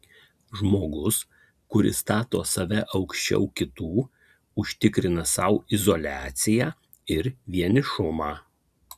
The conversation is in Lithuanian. žmogus kuris stato save aukščiau kitų užtikrina sau izoliaciją ir vienišumą